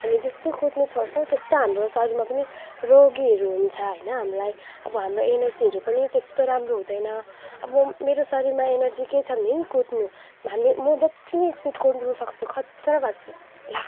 हामी जस्तो कुद्नु छोड्छौँ हाम्रो शरीरमा पनि रोगहरू हुन्छ हामीलाई अब हाम्रो इनर्जीहरू पनि त्यस्तो राम्रो हुँदैन अब मेरो शरीरमा इनर्जी केही छ भने कुद्नु हामी म जति नै स्पिड कुद्नु सक्छु खतरा भएको छ ल